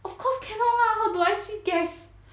of course cannot lah how do I see gas